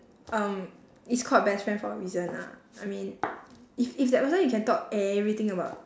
um it's called best friend for a reason lah I mean if if that person you can talk everything about